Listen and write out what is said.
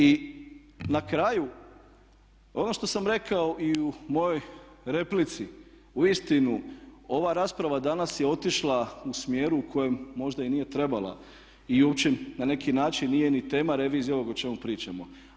I na kraju, ono što sam rekao i u mojoj replici, uistinu ova rasprava danas je otišla u smjeru u kojem možda i nije trebala i uopće na neki način nije ni tema revizije ovo o čemu pričamo.